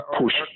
push